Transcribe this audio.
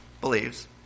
believes